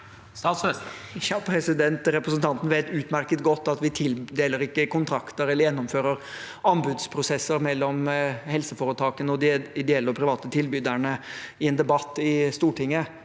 Vestre Represen- tanten vet utmerket godt at vi ikke tildeler kontrakter eller gjennomfører anbudsprosesser mellom helseforetakene og de ideelle og private tilbyderne i en debatt i Stortinget.